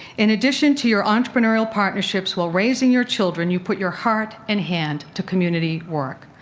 in addition to your entrepreneurial partnerships, while raising your children, you put your heart and hand to community work.